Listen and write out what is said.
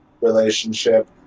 relationship